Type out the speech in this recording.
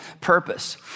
purpose